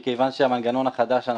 מכיוון שהמנגנון החדש,